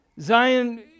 Zion